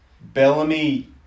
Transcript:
Bellamy